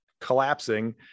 collapsing